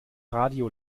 radio